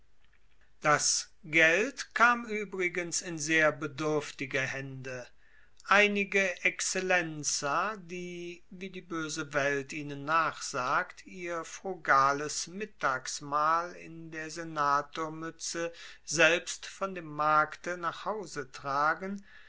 das geld kam übrigens in sehr bedürftige hände einige exzellenza die wie die böse welt ihnen nachsagt ihr frugales mittagsmahl in der senatormütze selbst von dem markte nach hause tragen